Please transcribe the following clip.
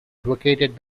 advocated